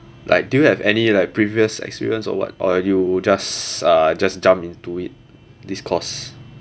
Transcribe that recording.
like do you have any like previous experience or [what] or you just uh just jump into it this course